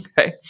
Okay